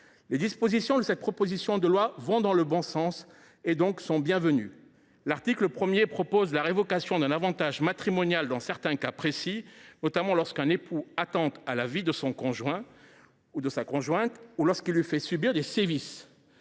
Les dispositions de cette proposition de loi vont dans le bon sens et sont donc bienvenues. L’article 1 prévoit la révocation d’un avantage matrimonial dans certains cas précis, notamment lorsqu’un époux attente à la vie de son conjoint ou de sa conjointe ou lorsqu’il lui fait subir des sévices.